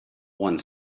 one